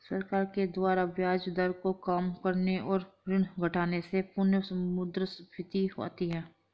सरकार के द्वारा ब्याज दर को काम करने और ऋण घटाने से पुनःमुद्रस्फीति आती है